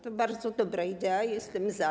To bardzo dobra idea i jestem za.